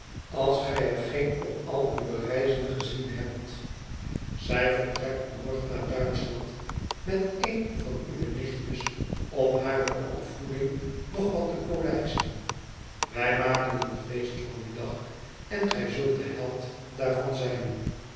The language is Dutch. als gij er geen op al uwe reizen gezien hebt zij vertrekt morgen naar duits ch land met een van uwe nichtjes om hare opvoeding nog wat te polijsten wij maken een feest van dien dag en gij zult de held daarvan zijn